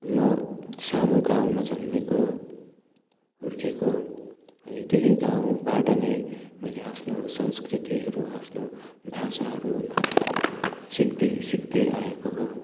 म सानो गाउँमा जन्मेको हुर्केको हो अनि त्यही गाउँबाट नै मैले आफ्नो संस्कृतिहरू आफ्नो भाषाहरू सिक्दै सिक्दै आएको हो